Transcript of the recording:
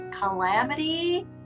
calamity